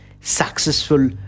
successful